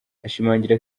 ashimangira